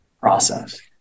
process